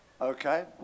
Okay